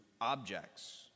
objects